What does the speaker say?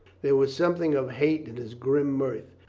there was something of hate in his grim mirth.